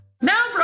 Now